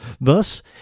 Thus